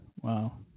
Wow